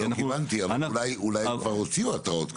אולי כבר הוציאו התראות?